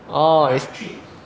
orh is